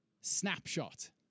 snapshot